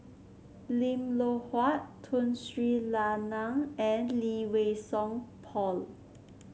Lim Loh Huat Tun Sri Lanang and Lee Wei Song Paul